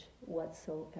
whatsoever